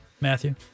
matthew